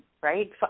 right